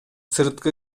сырткы